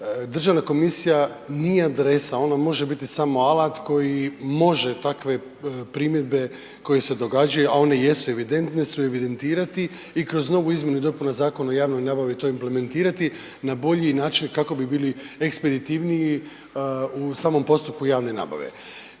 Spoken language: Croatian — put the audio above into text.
državna komisija nije adresa, ona može biti samo alat koji može takve primjedbe koje se događaju, a one jesu evidentne su, evidentirati i kroz novu izmjenu i dopunu Zakona o javnoj nabavi to implementirati na bolji način kako bi bili ekspeditivniji u samom postupku javne nabave.